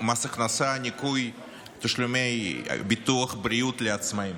מס הכנסה (ניכוי תשלומים לביטוח בריאות לעצמאים).